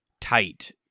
tight